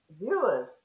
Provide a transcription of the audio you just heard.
viewers